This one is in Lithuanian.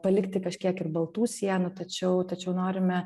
palikti kažkiek ir baltų sienų tačiau tačiau norime